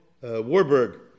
Warburg